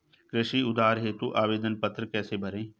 कृषि उधार हेतु आवेदन पत्र कैसे भरें?